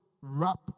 wrap